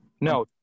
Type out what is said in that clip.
No